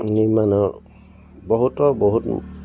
নিৰ্মাণৰ বহুতৰ বহুত